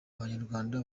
abanyarwanda